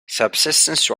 subsistence